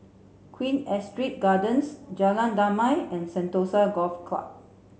Queen Astrid Gardens Jalan Damai and Sentosa Golf Club